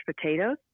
potatoes